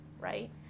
right